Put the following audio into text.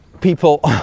people